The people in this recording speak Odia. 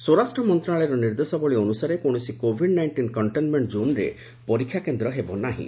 ସ୍ୱରାଷ୍ଟ୍ର ମନ୍ତ୍ରଣାଳୟର ନିର୍ଦ୍ଦେଶାବଳୀ ଅନୁସାରେ କୌଣସି କୋଭିଡ୍ ନାଇଷ୍ଟିନ୍ କଣ୍ଟେନ୍ମେଣ୍ଟ ଜୋନ୍ରେ ପରୀକ୍ଷା କେନ୍ଦ୍ର ହେବ ନାହିଁ